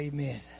Amen